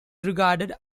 regarded